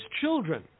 children